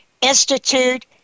Institute